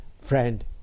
Friend